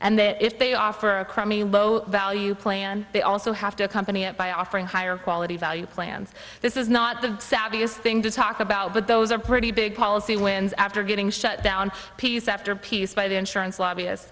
and then if they offer a crummy low value plan they also have to accompany it by offering higher quality value plans this is not the savviest thing to talk about but those are pretty big policy wins after getting shut down piece after piece by the insurance lobbyist